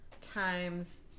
Time's